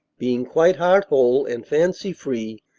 being quite heart-whole and fancy-free,